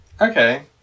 okay